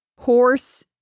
Horse